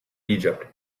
egypt